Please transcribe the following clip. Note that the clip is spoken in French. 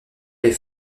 les